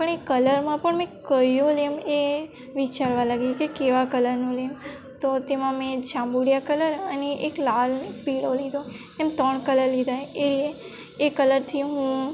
પણ એ કલરમાં પણ મેં કયો લઉં એ વિચારવા લાગી કે કેવા કલરનું લઉં તો તેમાં મેં જાબુડીયા કલર અને એક લાલ પીળો લીધો એમ ત્રણ કલર લીધા એ એ કલરથી હું